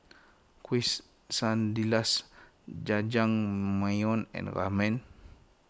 Quesadillas Jajangmyeon and Ramen